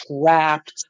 trapped